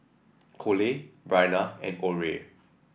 Kole Bryana and Orie